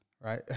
Right